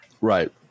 Right